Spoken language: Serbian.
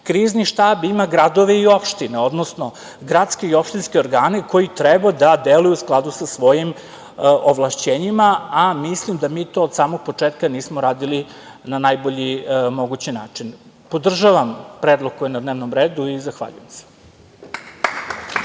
Krizni štab ima gradove i opštine, odnosno gradske i opštinske organe koji treba da deluju u skladu sa svojim ovlašćenjima, a mislim da mi to od samog početka nismo radili na najbolji mogući način. Podržavam predlog koji je na dnevnom redu i zahvaljujem se.